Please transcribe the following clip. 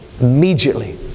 immediately